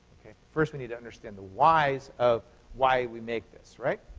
first we need to understand the whys of why we make this, right?